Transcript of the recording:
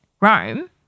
Rome